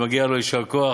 ומגיע לו יישר כוח,